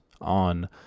on